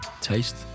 taste